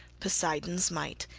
poseidon's might,